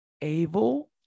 able